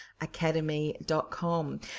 academy.com